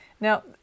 Now-